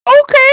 okay